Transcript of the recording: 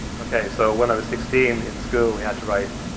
ok, so when i was sixteen in school we had to write,